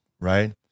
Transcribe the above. right